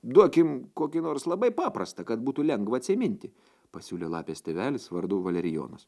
duokim kokį nors labai paprastą kad būtų lengva atsiminti pasiūlė lapės tėvelis vardu valerijonas